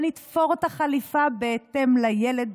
ונתפור את החליפה בהתאם לילד,